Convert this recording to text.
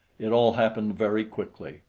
it all happened very quickly.